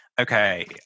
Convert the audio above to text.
okay